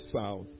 south